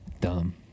Dumb